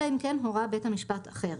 אלא אם כן הורה בית המשפט אחרת.